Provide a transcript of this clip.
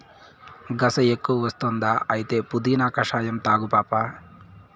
గస ఎక్కువ వస్తుందా అయితే పుదీనా కషాయం తాగు పాపా